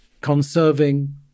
conserving